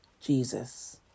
Jesus